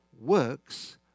works